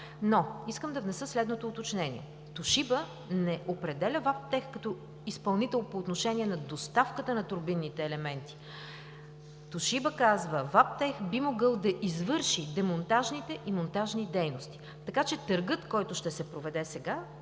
Искам да внеса следното уточнение. „Тошиба“ не определя „ВАПТЕХ“ като изпълнител по отношение на доставката на турбинните елементи. „Тошиба“ казва: „ВАПТЕХ“ би могъл да извърши демонтажните и монтажни дейности“, така че откритият търг, който ще се проведе сега,